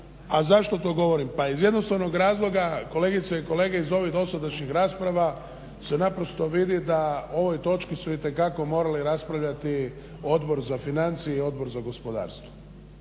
A zašto to govorim? Pa iz jednostavnog razloga, kolegice i kolege iz ovih dosadašnjih rasprava se naprosto vidi da u ovoj točci su itekako morali raspravljati Odbor za financije i Odbor za gospodarstvo